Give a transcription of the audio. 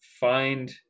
find